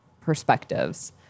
perspectives